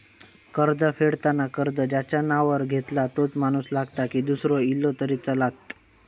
कर्ज फेडताना कर्ज ज्याच्या नावावर घेतला तोच माणूस लागता की दूसरो इलो तरी चलात?